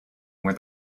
where